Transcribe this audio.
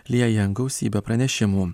lieja gausybe pranešimų